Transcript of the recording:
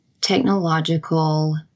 technological